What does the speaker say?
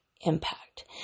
impact